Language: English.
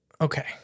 Okay